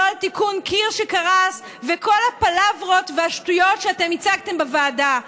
לא על תיקון קיר שקרס וכל הפלברות והשטויות שאתם הצגתם בוועדה.